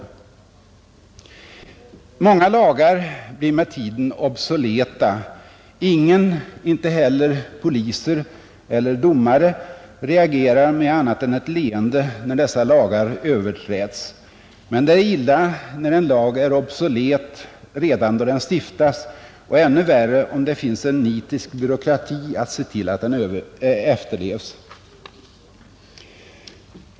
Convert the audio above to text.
Många lagar blir med tiden obsoleta, Ingen, inte heller poliser eller domare, reagerar med annat än ett leende när dessa lagar överträds. Men det är illa när en lag är obsolet redan då den stiftas och ännu värre om det finns en nitisk byråkrati att se till att den efterlevs.